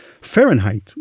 Fahrenheit